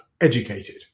educated